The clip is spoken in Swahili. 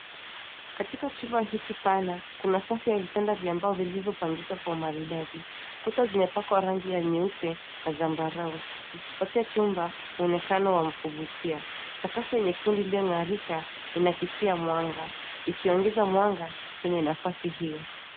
Katika chumba hiki pana kuna safu ya vitanda vya mbao vilivyopangika kwa umaridadi. Kuta zimepakwa rangi ya nyeupe na zambarau zikipatia chumba mwonekano wa kuvutia. Sakafu nyekundu iliyong'arika, inaakisia mwanga ikiongeza mwanga kwenye nafasi hiyo.